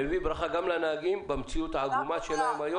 מביא ברכה גם לנהגים במציאות העגומה שלהם היום,